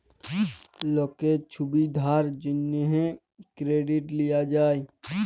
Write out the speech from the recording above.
লকের ছুবিধার জ্যনহে কেরডিট লিয়া যায়